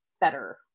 better